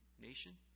nation